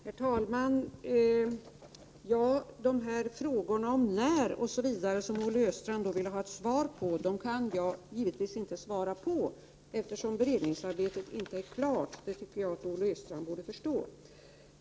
Herr talman! På dessa frågor om, när osv. som Olle Östrand ville ha svar, kan jag naturligtvis inte svara, eftersom beredningsarbetet inte är klart. Det tycker jag att Olle Östrand borde förstå.